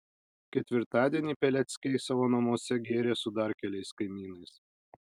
ketvirtadienį peleckiai savo namuose gėrė su dar keliais kaimynais